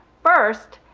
first,